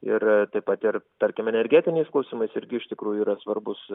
ir taip pat ir tarkime energetiniais klausimais irgi iš tikrųjų yra svarbūs